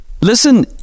Listen